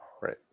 Right